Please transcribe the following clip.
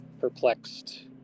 perplexed